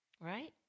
Right